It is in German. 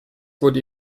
wurde